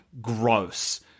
gross